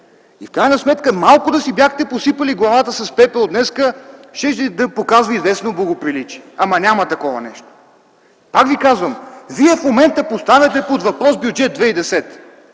В крайна сметка малко да си бяхте посипали главата с пепел от днес, щеше да показва известно благоприличие. Ама няма такова нещо! Аз ви казвам: вие в момента поставяте под въпрос Бюджет 2010,